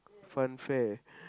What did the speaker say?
funfair